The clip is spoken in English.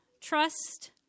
trust